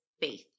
faith